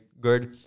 good